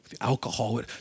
alcohol